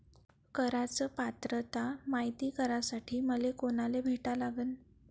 कराच पात्रता मायती करासाठी मले कोनाले भेटा लागन?